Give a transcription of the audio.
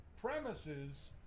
premises